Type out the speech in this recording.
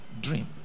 dream